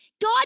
God